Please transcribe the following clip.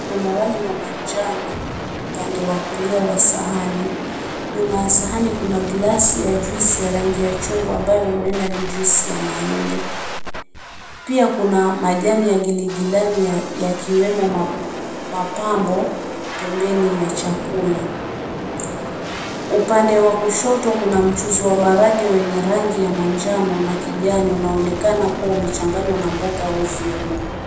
Kuna wali wa manjano upande wa kulia wa sahani ,nyuma ya sahani kuna glasi ya juisi ya rangi ya chungwa ambayo huenda ni juisi ya maembe. Pia kuna majani ya giligilani yakiwemo mapambo pembeni ya chakula. Upande wa kushoto kuna mchuzi wa maharage wenye rangi ya manjano na kijani unaonekana kua umechanganywa na mboga au viungo.